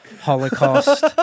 holocaust